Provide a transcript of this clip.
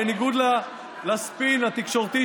בניגוד לספין התקשורתי,